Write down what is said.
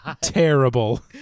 terrible